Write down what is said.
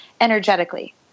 energetically